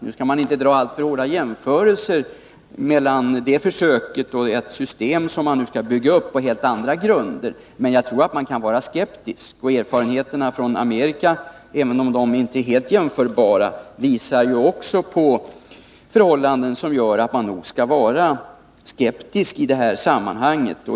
Nu bör det inte göras alltför noggranna jämförelser mellan detta försök och ett system som skall byggas upp på helt andra grunder, men jag anser att man bör vara skeptisk, och erfarenheterna från Amerika, även om de inte är helt jämförbara, visar ju också på förhållanden som gör att man bör vara skeptisk i detta sammanhang.